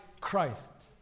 Christ